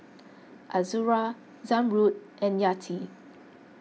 Azura Zamrud and Yati